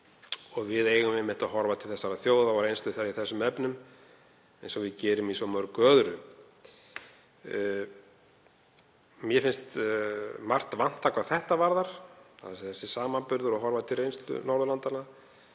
og við eigum einmitt að horfa til þessara þjóða og reynslu þeirra í þeim efnum eins og við gerum í svo mörgu öðru. Mér finnst margt vanta hvað þetta varðar, þ.e. samanburður að horfa til reynslu Norðurlandanna.